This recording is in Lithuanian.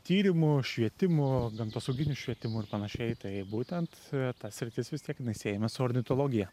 tyrimu švietimu gamtosauginiu švietimu ir panašiai tai būtent ta sritis vis tiek jinai siejama su ornitologija